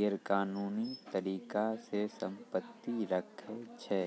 गैरकानूनी तरिका से सम्पति राखै छै